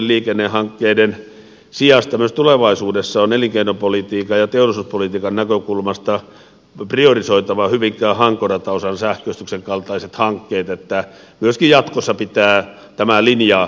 liikennehankkeiden sijasta myös tulevaisuudessa on elinkeino politiikan ja teollisuuspolitiikan näkökulmasta priorisoitava hyvinkäähanko rataosan sähköistyksen kaltaiset hankkeet niin että myöskin jatkossa pitää tämä linja myös pitää